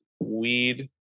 weed